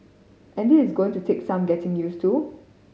and this is going to take some getting use to